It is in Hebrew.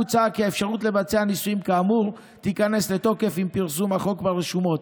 מוצע כי האפשרות לבצע ניסויים כאמור תיכנס לתוקף עם פרסום החוק ברשומות.